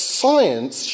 science